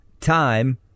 time